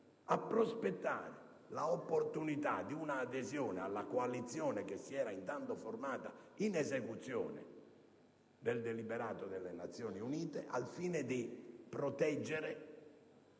prospettare l'opportunità di un'adesione alla coalizione che si era intanto formata in esecuzione del deliberato delle Nazioni Unite al fine di proteggere